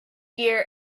gear